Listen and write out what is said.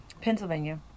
Pennsylvania